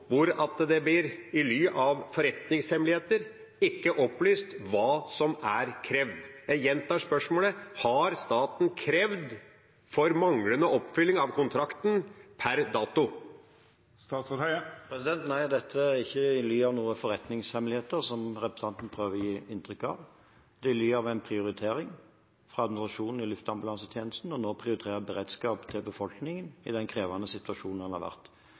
det i ly av forretningshemmeligheter ikke er opplyst hva som er krevd. Jeg gjentar spørsmålet: Har staten krevd for manglende oppfylling av kontrakten per dato? Nei, dette er ikke i ly av noen forretningshemmeligheter, som representanten prøver å gi inntrykk av. Det er i ly av en prioritering fra administrasjonen i Luftambulansetjenesten om nå å prioritere beredskap for befolkningen i den krevende situasjonen man har vært